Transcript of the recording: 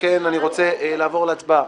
לכן אני רוצה לעבור להצבעה.